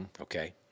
okay